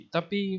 Tapi